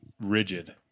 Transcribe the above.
rigid